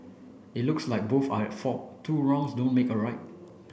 it looks like both are at fault two wrongs don't make a right